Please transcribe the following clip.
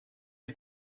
est